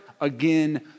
again